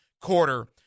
quarter